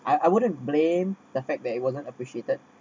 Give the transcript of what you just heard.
I I wouldn't blame the fact that it wasn't appreciated